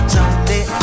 Someday